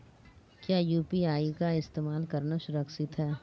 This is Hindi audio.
क्या यू.पी.आई का इस्तेमाल करना सुरक्षित है?